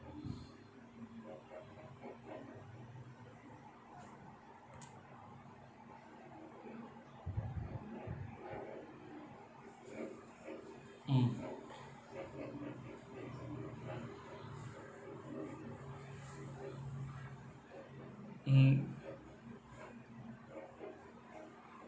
mm mmhmm